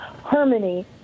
harmony